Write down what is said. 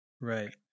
Right